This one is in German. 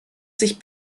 sich